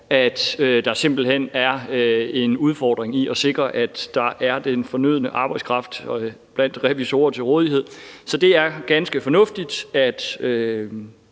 der er simpelt hen en udfordring i at sikre, at der er den fornødne arbejdskraft blandt revisorer til rådighed. Så det er ganske fornuftigt, at